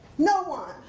no one.